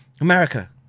America